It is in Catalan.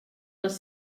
les